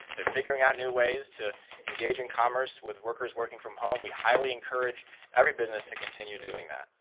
they're figuring out new ways to engage in commerce with workers working from home, we highly encourage every business to continue doing that.